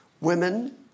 women